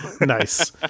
Nice